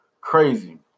crazy